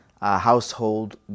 household